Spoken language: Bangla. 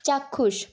চাক্ষুষ